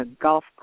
golf